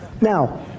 Now